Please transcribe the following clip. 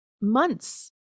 months